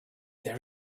there